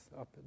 up